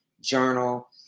journal